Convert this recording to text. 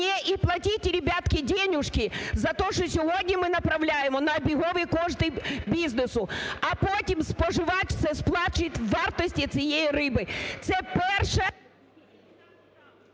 мне и платите, ребятка, денюжки за то, що сьогодні ми направляємо на обігові кошти бізнесу, а потім споживач все сплатить у вартості цієї риби. Це перше…